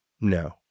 No